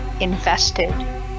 invested